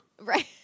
Right